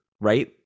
right